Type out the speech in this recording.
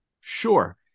Sure